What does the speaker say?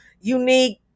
Unique